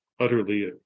utterly